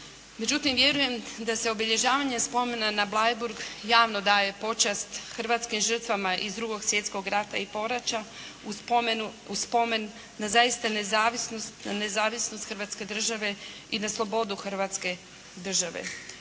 Međutim, vjerujem da se obilježavanjem spomena na Bleiburg javno daje počast hrvatskim žrtvama iz drugog svjetskog rata i poraća u spomen na zaista nezavisnost Hrvatske države i na slobodu Hrvatske države.